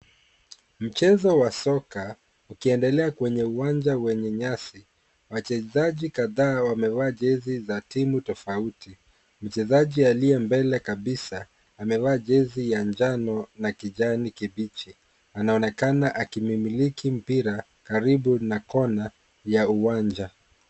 Mchezo wa soka ukiendelea kwenye uwanja wenye nyasi, wachezaji kadhaa wamevaa jezi za timu tofauti. Mchezaji aliye mbele kabisa amevaa jezi ya njano na kijani kibichi, anaonekana akimiliki mpira karibu na kona ya uwanja.